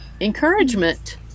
encouragement